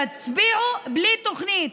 תצביעו בלי תוכנית.